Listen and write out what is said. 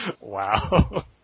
Wow